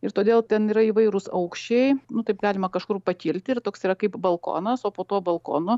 ir todėl ten yra įvairūs aukščiai nu taip galima kažkur pakilti ir toks yra kaip balkonas o po tuo balkonu